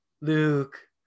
Luke